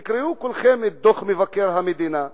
תקראו כולכם את דוח מבקר המדינה.